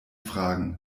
fragen